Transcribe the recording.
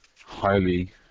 Highly